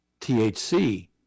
THC